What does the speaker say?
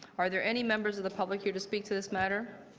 are there any members of the public here to speak to this matter?